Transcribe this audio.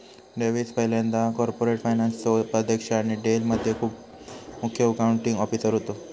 Davis पयल्यांदा corporate फायनान्सचो उपाध्यक्ष आणि डेल मध्ये मुख्य अकाउंटींग ऑफिसर होते